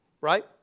right